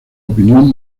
opinión